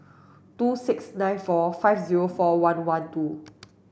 two six nine four five zero four one one two